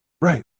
Right